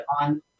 on